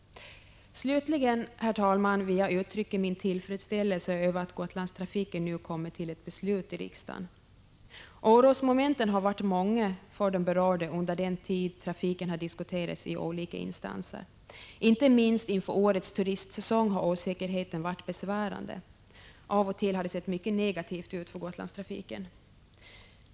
Slutligen, herr talman, vill jag uttrycka min tillfredsställelse över att man i fråga om Gotlandstrafiken nu har kommit fram till ett beslut i riksdagen. Orosmomenten har varit många för de berörda för den tid som trafiken diskuterats i olika instanser. Inte minst inför årets turistsäsong har osäkerhe 147 ten varit besvärande. Av och till har det sett mycket negativt ut för Gotlandstrafiken.